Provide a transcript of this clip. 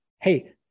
hey